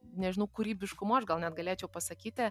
nežinau kūrybiškumu aš gal net galėčiau pasakyti